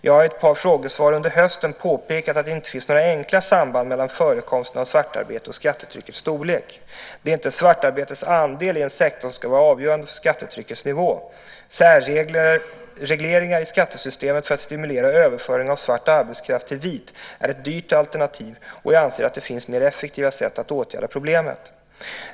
Jag har i ett par frågesvar under hösten påpekat att det inte finns några enkla samband mellan förekomsten av svartarbete och skattetryckets storlek. Det är inte svartarbetets andel i en sektor som ska vara avgörande för skattetryckets nivå. Särregleringar i skattesystemet för att stimulera överföring av svart arbetskraft till vit är ett dyrt alternativ, och jag anser att det finns mer effektiva sätt att åtgärda problemet.